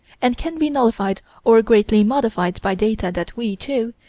and can be nullified or greatly modified by data that we, too,